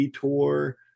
tour